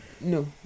No